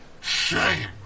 shame